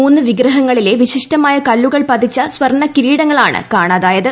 മൂന്നു വിഗ്രഹങ്ങളിലെ വിശ്രീഷ്ടമായ കല്പുകൾ പതിച്ച സ്വർണ്ണകീരിടങ്ങളാണ് കാണാതൃര്യത്